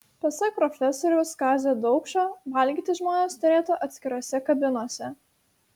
pasak profesoriaus kazio daukšo valgyti žmonės turėtų atskirose kabinose